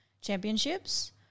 championships